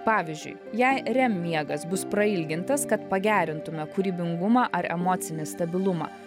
pavyzdžiui jei rem miegas bus prailgintas kad pagerintume kūrybingumą ar emocinį stabilumą